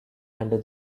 under